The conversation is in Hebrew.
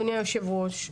אדוני היושב-ראש,